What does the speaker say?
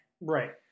Right